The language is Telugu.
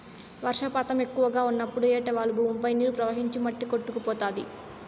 వర్షపాతం ఎక్కువగా ఉన్నప్పుడు ఏటవాలు భూమిపై నీరు ప్రవహించి మట్టి కొట్టుకుపోతాది